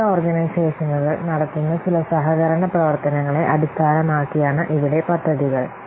വിവിധ ഓർഗനൈസേഷനുകൾ നടത്തുന്ന ചില സഹകരണ പ്രവർത്തനങ്ങളെ അടിസ്ഥാനമാക്കിയാണ് ഇവിടെ പദ്ധതികൾ